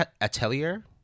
Atelier